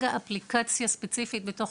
ג׳ - כרגע נבנית אפליקציה, ספציפית בתוך